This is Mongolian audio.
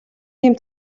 ийм